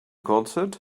concert